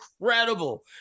incredible